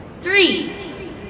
Three